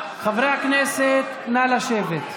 חברי הכנסת, נא לשבת.